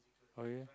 okay